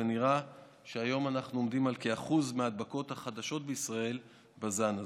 ונראה שהיום אנחנו עומדים על כ-1% מההדבקות החדשות בישראל בזן הזה.